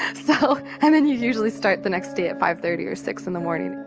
so and then you usually start the next day at five thirty or six in the morning,